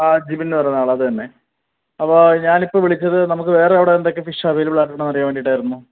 ആ ജിബിൻന്ന് പറയുന്ന ആൾ അത് തന്നെ അപ്പോൾ ഞാനിപ്പോൾ വിളിച്ചത് നമുക്ക് വേറെ അവിടെ എന്തൊക്കെ ഫിഷ് അവൈലബിൾ ആയിട്ടുണ്ടെന്ന് അറിയാൻ വേണ്ടിട്ട് ആയിരുന്നു